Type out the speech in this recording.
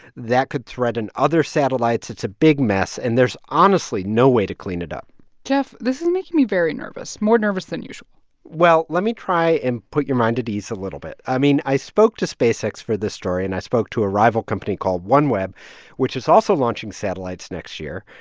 that could threaten other satellites. it's a big mess, and there's honestly no way to clean it up geoff, this is making me very nervous more nervous than usual well, let me try and put your mind at ease a little bit. i mean, i spoke to spacex for this story and i spoke to a rival company called oneweb which is also launching satellites next year.